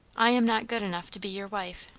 i am not good enough to be your wife!